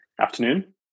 Afternoon